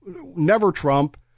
never-Trump